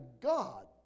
God